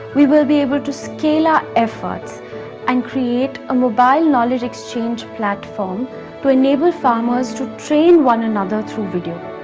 we will be able to scale our efforts and create a mobile knowledge exchange platform to enable farmers to train one another through video.